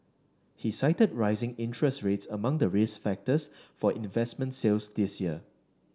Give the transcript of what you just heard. he cited rising interest rates among the risk factors for investment sales this year